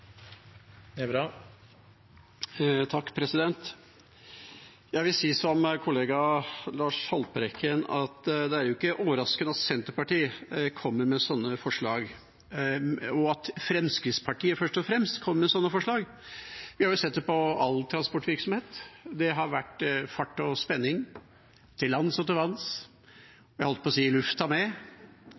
overraskende at Senterpartiet kommer med sånne forslag, eller at Fremskrittspartiet, først og fremst, kommer med sånne forslag. Vi har jo sett det på all transportvirksomhet. Det har vært fart og spenning, til lands og til vanns og – jeg holdt på å si – i lufta med.